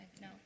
No